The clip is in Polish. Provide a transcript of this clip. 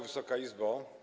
Wysoka Izbo!